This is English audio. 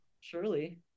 Surely